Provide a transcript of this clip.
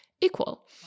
equal